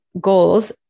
goals